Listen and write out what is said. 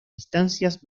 distancias